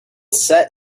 set